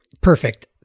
Perfect